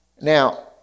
Now